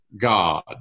God